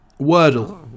Wordle